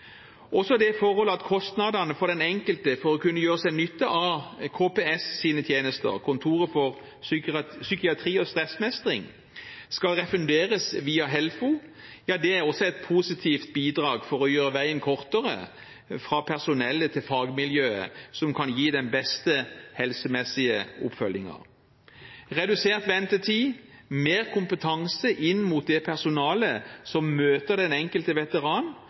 Også det forholdet at kostnadene for den enkelte for å gjøre seg nytte av at KPS’ tjenester, altså Kontor for psykiatri og stressmestring, skal refunderes via HELFO, er et positivt bidrag til å gjøre veien kortere fra personellet til fagmiljøet som kan gi den beste helsemessige oppfølgingen. Redusert ventetid, mer kompetanse inn mot det personalet som møter den enkelte veteran,